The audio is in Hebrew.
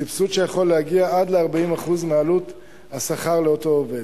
סבסוד שיכול להגיע עד ל-40% מעלות השכר לאותו עובד.